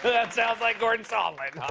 that sounds like gordon sondland.